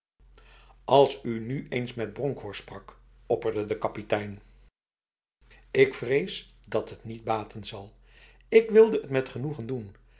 als u nu eens met bronkhorst sprak opperde de kapitein ik vrees dat het niet baten zal ik wilde het met genoegen doen